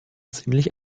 ziemlich